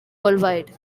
worldwide